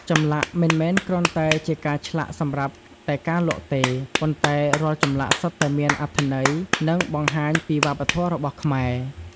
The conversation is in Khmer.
ចម្លាក់មិនមែនគ្រាន់តែជាការឆ្លាក់សម្រាប់តែលក់នោះទេ ប៉ុន្តែរាល់ចម្លាក់សុទ្ធតែមានអត្ថន័យ និងបង្ហាញពីវប្បធម៌របស់ខ្មែរ។